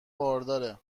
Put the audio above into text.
بارداره